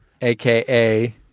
aka